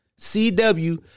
CW